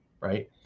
right